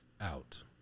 out